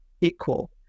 equal